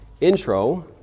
intro